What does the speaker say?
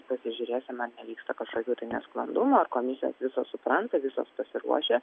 pasižiūrėsim ar nevyksta kažkokių tai nesklandumų ar komisijos visos supranta visos pasiruošę